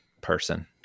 person